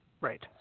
Right